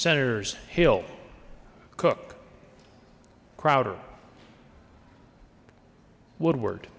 senators hill cook crowder woodward